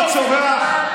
זה מה שאומר נתניהו,